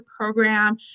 program